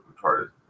retarded